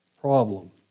problem